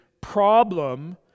problem